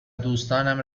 دوستانم